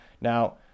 Now